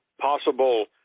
possible